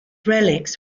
relics